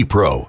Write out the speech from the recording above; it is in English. Pro